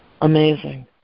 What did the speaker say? Amazing